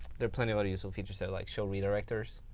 there are plenty of other useful features so like show redirectors.